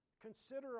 consider